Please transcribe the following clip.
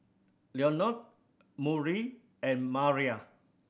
Lenord Murry and Maira